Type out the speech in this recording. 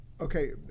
okay